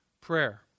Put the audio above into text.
prayer